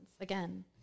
again